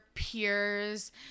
peers